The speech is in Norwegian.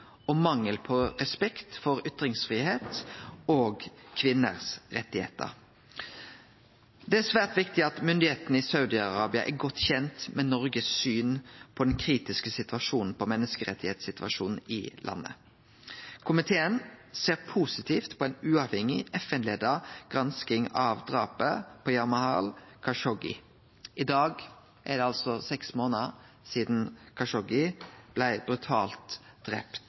og mangel på respekt for ytringsfridom og rettane til kvinner. Det er svært viktig at myndigheitene i Saudi-Arabia er godt kjende med Noregs syn på den kritiske menneskerettssituasjonen i landet. Komiteen ser positivt på ei uavhengig, FN-leia gransking av drapet på Jamal Khashoggi. I dag er det seks månader sidan Khashoggi blei brutalt